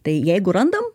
tai jeigu randam